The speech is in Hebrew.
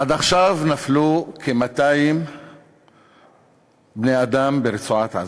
עד עכשיו נפלו כ-200 בני-אדם ברצועת-עזה,